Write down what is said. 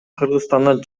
кыргызстандан